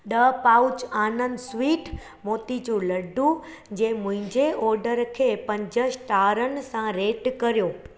ॾह pouch Anand sweet motichoor laddoo जे मुंहिंजे ऑडर खे पंज स्टारनि सां रेट करियो